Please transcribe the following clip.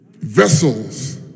Vessels